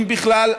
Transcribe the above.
אם בכלל,